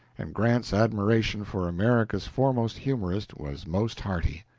and grant's admiration for america's foremost humorist was most hearty.